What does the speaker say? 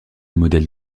modèles